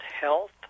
health